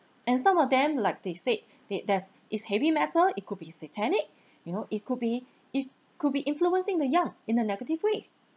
and some of them like they said they there's it's heavy metal it could be satanic you know it could be it could be influencing the young in a negative way